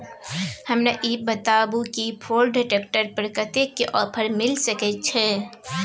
हमरा ई बताउ कि फोर्ड ट्रैक्टर पर कतेक के ऑफर मिलय सके छै?